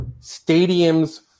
stadiums